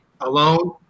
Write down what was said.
alone